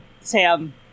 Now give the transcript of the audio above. Sam